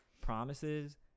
promises